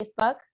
Facebook